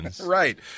Right